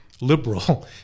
liberal